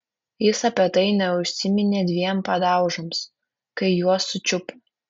jis apie tai neužsiminė dviem padaužoms kai juos sučiupo